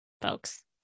folks